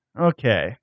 Okay